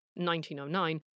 1909